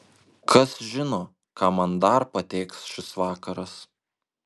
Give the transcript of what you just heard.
kas žino ką man dar patėkš šis vakaras